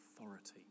authority